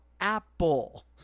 Apple